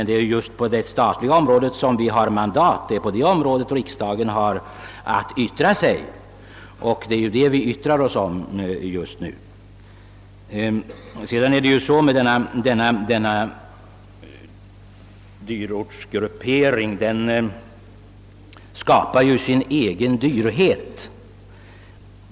Det är på det statliga området som vi har mandat, det är där riksdagen har att yttra sig, och det är ju det området vi yttrar oss om just nu. Sedan är det ju så med denna dyrortsgruppering att den skapar sin egen dyrhet.